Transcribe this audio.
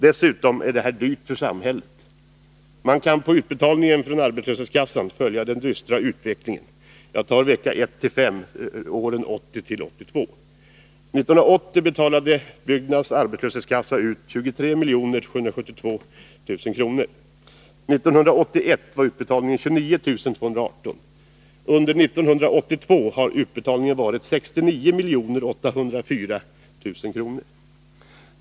Dessutom är det här dyrt för samhället. Man kan genom att studera utbetalningarna från arbetslöshetskassan följa den dystra utvecklingen. Jag tar som exempel veckorna 1-5 för år 1980-1982. 1980 betalade Byggnads arbetslöshetskassa ut 23 772 000 kr. 1981 var utbetalningen 29 218 000. Under 1982 har utbetalningarna varit 69 804 000 kr.